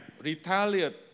Retaliate